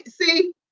See